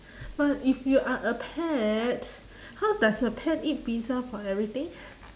but if you are a pet how does a pet eat pizza for everything